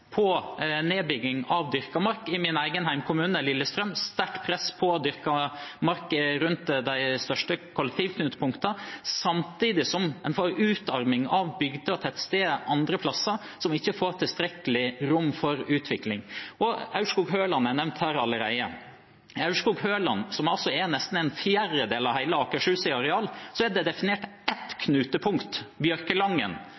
på nedbygging av dyrket mark – som i min egen hjemkommune, Lillestrøm, der det er sterkt press på dyrket mark rundt de største kollektivknutepunktene. Samtidig får en utarming av bygder og tettsteder andre plasser, som ikke får tilstrekkelig rom for utvikling. Aurskog-Høland er nevnt allerede. I Aurskog-Høland, som er nesten en fjerdedel av hele Akershus i areal, er det definert ett